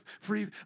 free